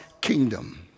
kingdom